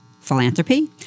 philanthropy